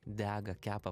dega kepa